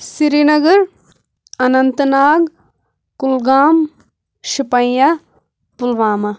Srinagar Anantnag Kulgam Shopian Pulwama